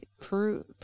prove